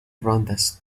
rondas